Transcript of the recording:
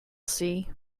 see